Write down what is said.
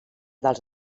dels